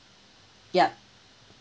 yup